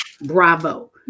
Bravo